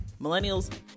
Millennials